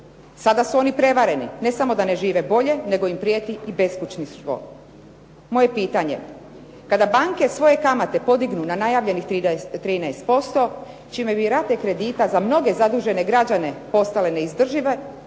Sada su oni prevareni. Ne samo da ne žive bolje nego im prijeti i beskućništvo. Moje pitanje kada banke svoje kamate podignu na najavljenih 13% čime bi rate kredita za mnoge zadužene građane postale neizdržive